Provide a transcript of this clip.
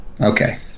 Okay